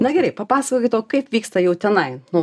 na gerai papasakokit o kaip vyksta jau tenai nu